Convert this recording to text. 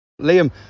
Liam